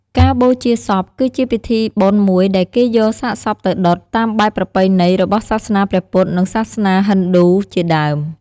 ការបូជាសព គឺជាពិធីបុណ្យមួយដែលគេយកសាកសពទៅដុត តាមបែបប្រពៃណីរបស់សាសនាព្រះពុទ្ធ និងសាសនាហិណ្ឌូ ជាដើម។